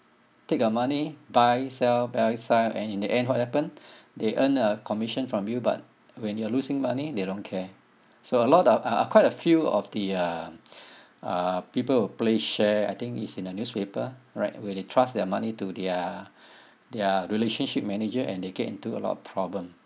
take your money buy sell buy sell and in the end what happen they earn a commission from you but when you're losing money they don't care so a lot of uh uh quite a few of the um uh people will play share I think it's in a newspaper right where they trust their money to their their relationship manager and they get into a lot of problem